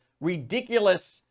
ridiculous